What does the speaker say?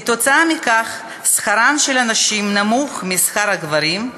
עקב כך שכרן של נשים נמוך משכר גברים,